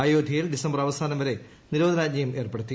അയോധ്യയിൽ ഡിസംബർ അവസാനം വരെ നിരോധനാജ്ഞയും ഏർപ്പെടുത്തി